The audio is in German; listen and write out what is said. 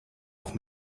auf